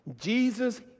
Jesus